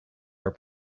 our